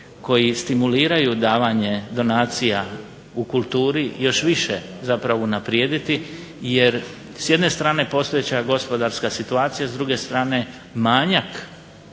koji stimuliraju davanje donacija u kulturi još više zapravo unaprijediti, jer s jedne strane postojeća gospodarska situacija s druge strane manjak